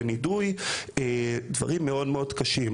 לנידוי ולדברים מאוד מאוד קשים.